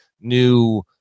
new